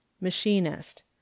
machinist